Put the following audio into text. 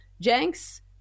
Jenks